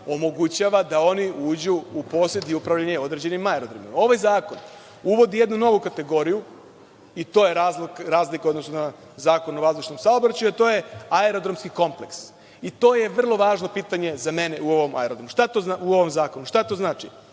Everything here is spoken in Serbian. omogućava da oni uđu u posed i upravljanje određenim aerodromima. Ovaj zakon uvodi jednu novu kategoriju i to je razlika u odnosu na Zakon o vazdušnom saobraćaju, to je aerodromski kompleks. To je vrlo važno pitanje, za mene, u ovom zakonu. Šta to znači?